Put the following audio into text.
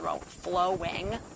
flowing